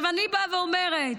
אני באה ואומרת,